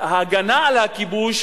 ההגנה על הכיבוש,